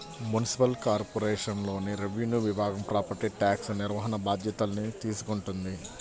municipal కార్పొరేషన్లోని revenue విభాగం property tax నిర్వహణ బాధ్యతల్ని తీసుకుంటది